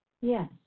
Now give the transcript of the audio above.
Yes